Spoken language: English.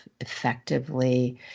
effectively